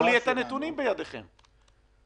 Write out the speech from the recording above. לא אמרתי לכם מה הפתרון,